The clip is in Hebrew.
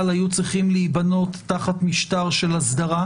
היו צריכים להיבנות תחת משטר של אסדרה,